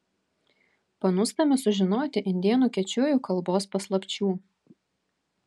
panūstame sužinoti indėnų kečujų kalbos paslapčių